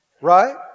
Right